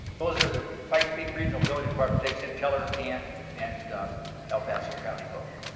those are the pikes peak regional building department takes in teller and and el paso county both.